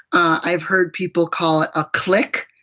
i have heard people call it a! click!